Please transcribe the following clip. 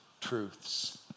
truths